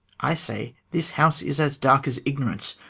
i say, this house is as dark as ignorance,